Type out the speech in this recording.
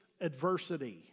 adversity